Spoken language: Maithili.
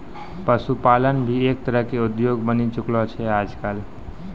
पशुपालन भी एक तरह के उद्योग बनी चुकलो छै आजकल